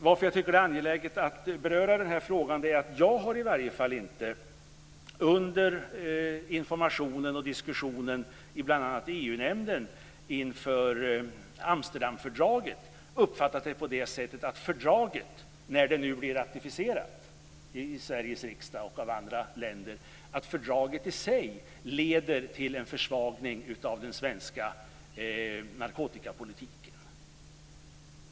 Varför jag tycker att det är angeläget att beröra denna fråga är att jag under informationen och diskussionen i bl.a. EU-nämnden inför Amsterdamfördraget i varje fall inte har uppfattat det på ett sådant sätt att fördraget, när det blir ratificerat i Sveriges riksdag och av andra länder, i sig leder till en försvagning av den svenska nakotikapolitiken.